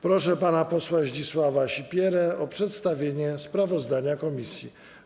Proszę pana posła Zdzisława Sipierę o przedstawienie sprawozdania komisji.